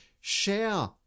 share